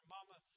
Mama